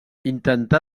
intentà